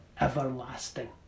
everlasting